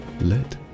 let